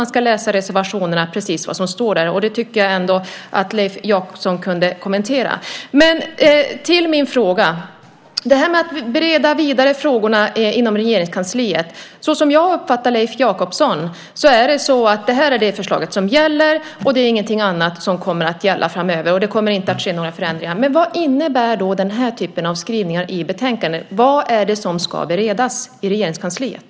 Man ska läsa reservationerna, precis vad som står där. Detta tycker jag ändå att Leif Jakobsson kan kommentera. Men jag ska gå över till min fråga. Det gäller det här med att bereda frågorna vidare inom Regeringskansliet. Så som jag har uppfattat Leif Jakobsson är det det här förslaget som gäller, och ingenting annat kommer att gälla framöver. Det kommer inte att ske några förändringar. Vad innebär då den här typen av skrivningar i betänkandet? Vad är det som ska beredas i Regeringskansliet?